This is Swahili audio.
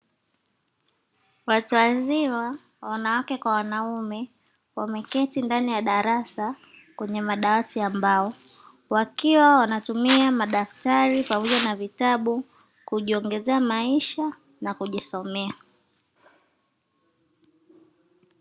Watu wazima wanawake kwa wanaume wameketi ndani ya darasa kwenye madawati ya mbao wakiwa wanatumia madaftari pamoja na vitabu kujiongezea maisha na kujisomea.